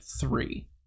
three